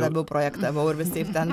labiau projektavau ir visaip ten